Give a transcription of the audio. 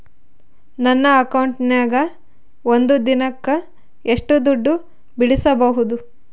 ನನ್ನ ಅಕೌಂಟಿನ್ಯಾಗ ಒಂದು ದಿನಕ್ಕ ಎಷ್ಟು ದುಡ್ಡು ಬಿಡಿಸಬಹುದು?